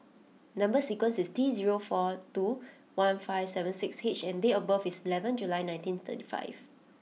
number sequence is T zero four two one five seven six H and date of birth is eleven July nineteen thirty five